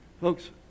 Folks